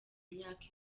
myaka